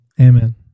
amen